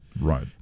Right